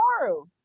tomorrow